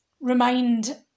remind